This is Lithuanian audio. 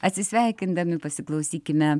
atsisveikindami pasiklausykime